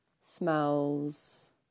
smells